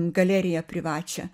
galeriją privačią